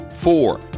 Four